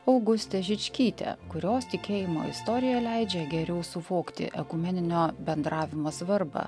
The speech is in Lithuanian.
augustę žičkytę kurios tikėjimo istorija leidžia geriau suvokti ekumeninio bendravimo svarbą